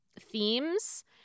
themes